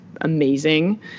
amazing